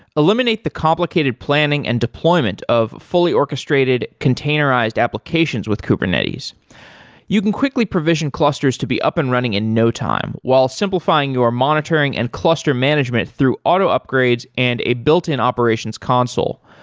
eliminate the complicated planning and deployment of fully orchestrated containerized applications with kubernetes you can quickly provision clusters to be up and running in no time, while simplifying your monitoring and cluster management through auto upgrades and a built-in operations console.